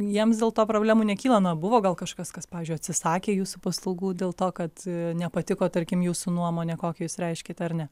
jiems dėl to problemų nekyla na buvo gal kažkas kas pavyzdžiui atsisakė jūsų paslaugų dėl to kad nepatiko tarkim jūsų nuomonė kokią jūs reiškiate ar ne